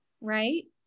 right